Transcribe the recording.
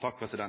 på